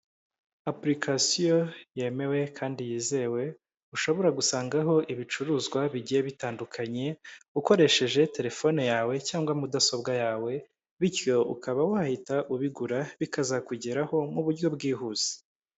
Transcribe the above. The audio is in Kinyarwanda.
Apurikasiyo yemewe kandi yizewe, ushobora gusangaho ibicuruzwa bigiye bitandukanye, ukoresheje terefone yawe cyangwa mudasobwa yawe, bityo ukaba wahita ubigura bikazakugeraho mu buryo bwihuse.